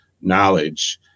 knowledge